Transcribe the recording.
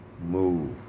move